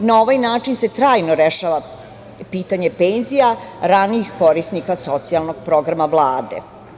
Na ovaj način se trajno rešava pitanje penzija ranijih korisnika socijalnog programa Vlade.